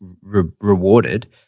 rewarded